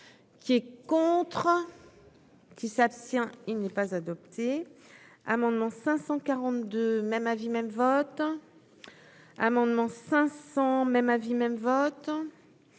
qui est contre. Qui s'abstient, il n'est pas adopté, amendement 542 même avis même votre amendement 500 même avis même votre